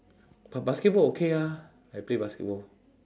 but basketball okay ah I play basketball